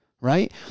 right